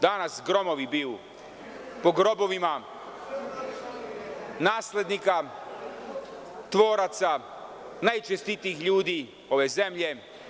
Danas gromovi biju po grobovima naslednika, tvoraca, najčestitijih ljudi ove zemlje.